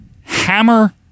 Hammer